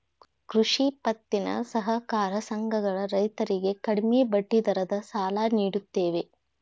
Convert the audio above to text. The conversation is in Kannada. ಕೃಷಿ ಪತ್ತಿನ ಸಹಕಾರ ಸಂಘಗಳ ರೈತರಿಗೆ ಕಡಿಮೆ ಬಡ್ಡಿ ದರದ ಸಾಲ ನಿಡುತ್ತವೆ